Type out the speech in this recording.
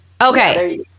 Okay